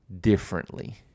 differently